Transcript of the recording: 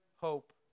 hope